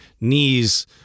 knees